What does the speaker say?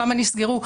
כמה נסגרו,